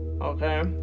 Okay